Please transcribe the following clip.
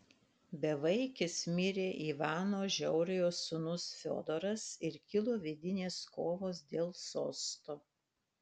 bevaikis mirė ivano žiauriojo sūnus fiodoras ir kilo vidinės kovos dėl sosto